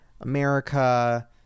America